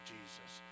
Jesus